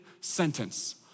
sentence